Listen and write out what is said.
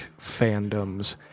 fandoms